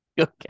Okay